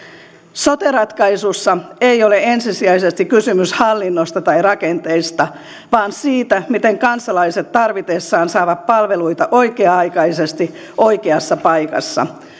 sote ratkaisussa ei ole ensisijaisesti kysymys hallinnosta tai rakenteista vaan siitä miten kansalaiset tarvitessaan saavat palveluita oikea aikaisesti oikeassa paikassa